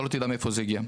אתה לא תדע מאיפה זה הגיע.